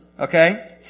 Okay